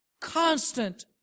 constant